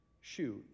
shoot